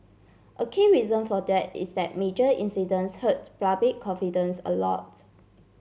a key reason for that is that major incidents hurt public confidence a lot